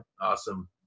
awesome